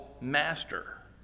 master